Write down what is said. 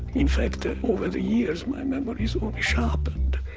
in fact, over the years my memory has only sharpened.